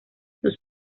sus